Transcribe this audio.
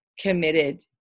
committed